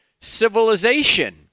civilization